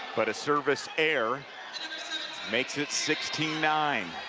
but a service error makes it sixteen nine.